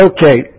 Okay